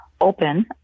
open